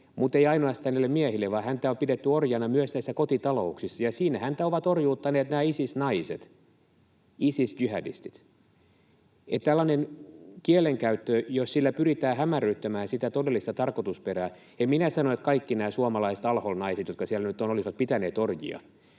mutta ei ainoastaan näille miehille, vaan häntä on pidetty orjana myös näissä kotitalouksissa, ja siinä häntä ovat orjuuttaneet nämä Isis-naiset — Isis-jihadistit. Tällainen kielenkäyttö, jos sillä pyritään hämärryttämään sitä todellista tarkoitusperää... — En minä sano, että kaikki nämä suomalaiset al-Hol-naiset, jotka siellä nyt ovat, olisivat pitäneet orjia,